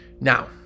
Now